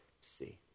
See